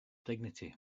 dignity